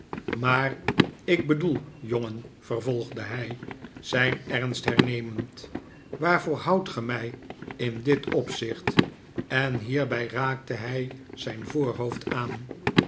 maar ik bedoel jongen vervolgde hij zijn ernst hernemend waarvoor houdt ge mij in dit opzicht en hierbij raakte hij zijn voorhoofd aan